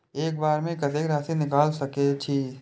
एक बार में कतेक राशि निकाल सकेछी?